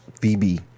Phoebe